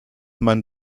man